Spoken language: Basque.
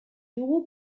dugu